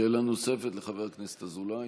שאלה נוספת לחבר הכנסת אזולאי.